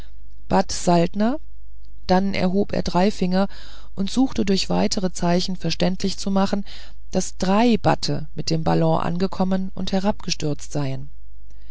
bat saltner dann erhob er drei finger und suchte durch weitere zeichen verständlich zu machen daß drei bate mit dem ballon angekommen und herabgestürzt seien